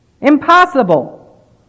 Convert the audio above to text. Impossible